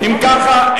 אם ככה,